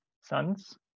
sons